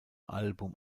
album